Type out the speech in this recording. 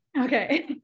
Okay